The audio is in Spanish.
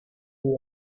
vida